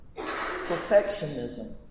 perfectionism